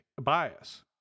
bias